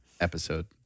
Episode